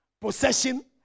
possession